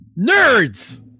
Nerds